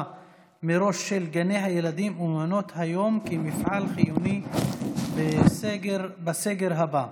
מראש של גני הילדים ומעונות היום כמפעל חיוני בסגר הבא.